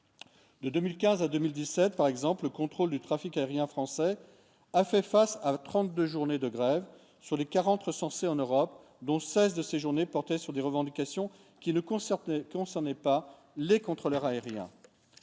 De 2015 à 2017, par exemple, le contrôle du trafic aérien français a fait face à 32 journées de grève sur les 40 recensés en Europe dont 16 de séjourner portait sur des revendications qui ne qu'on sorte qu'on s'en est pas les contrôleurs aériens,